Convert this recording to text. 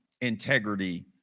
integrity